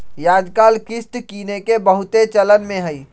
याजकाल किस्त किनेके बहुते चलन में हइ